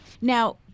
now